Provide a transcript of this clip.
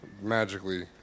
Magically